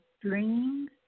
dreams